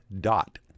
dot